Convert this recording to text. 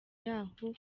yaho